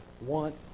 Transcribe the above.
want